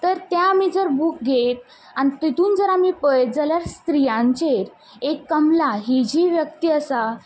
तर तें आमी बूक घेयत आनी तितून जर आमी पयत जाल्यार स्त्रियांचेर एक कमला ही जी व्यक्ती आसा